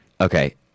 Okay